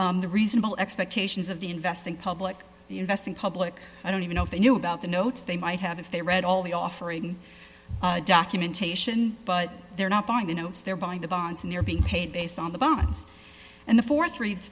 the reasonable expectations of the investing public the investing public i don't even know if they knew about the notes they might have if they read all the offering documentation but they're not buying the notes they're buying the bonds and they're being paid based on the bonds and the fort